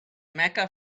mecca